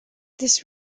this